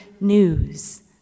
news